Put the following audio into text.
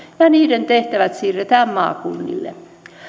ja niiden tehtävät siirretään maakunnille